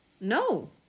no